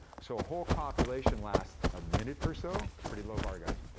so a whole copulation lasts a minute or so. pretty low bar, guys.